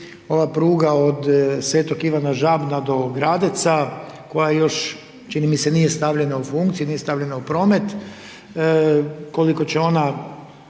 ova pruga od Sv. Ivana Žabna do Gradeca, koja još čini mi se nije stavljena u funkciju, nije stavljena u promet. Koliko će ona